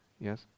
Yes